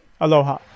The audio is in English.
Aloha